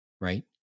Right